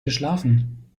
geschlafen